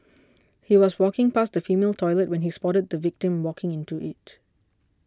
he was walking past the female toilet when he spotted the victim walking into it